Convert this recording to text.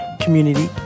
community